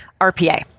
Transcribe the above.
RPA